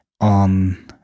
on